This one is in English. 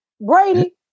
Brady